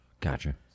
Gotcha